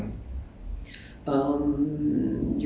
veggies but it is not a new world lah